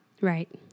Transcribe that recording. Right